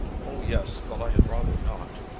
oh, yes. but i had rather not.